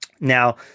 Now